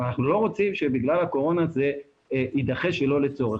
ואנחנו לא רוצים שבגלל הקורונה זה יידחה שלא לצורך.